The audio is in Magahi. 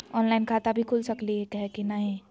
ऑनलाइन खाता भी खुल सकली है कि नही?